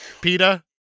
PETA